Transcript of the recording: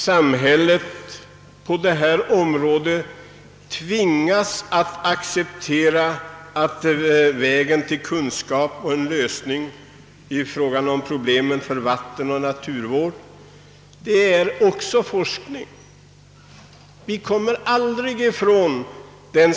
Samhället måste acceptera att vägen till kunskap och till en lösning på vattenoch naturvårdsproblemen går över forskningen. Vi kommer aldrig ifrån det.